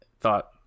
thought